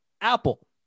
Apple